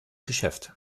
geschäft